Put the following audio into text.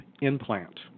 implant